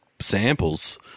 samples